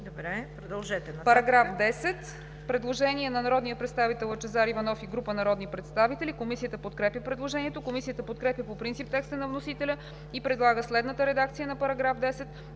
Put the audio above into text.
заменя с ал. 7“. По §10 има предложение на народния представител Лъчезар Иванов и група народни представители. Комисията подкрепя предложението. Комисията подкрепя по принцип текста на вносителя и предлага следната редакция на § 10,